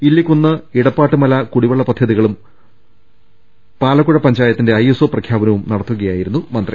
ഇല്ലിക്കുന്ന് ഇടപ്പാട്ട് മല കുടിവെള്ള പദ്ധതികളും ഉദ്ഘാടനവും പാലക്കുഴ പഞ്ചായത്തിന്റെ ഐഎസ്ഒ പ്രഖ്യാപനവും നടത്തുകയാ യിരുന്നു മന്ത്രി